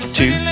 two